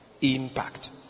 impact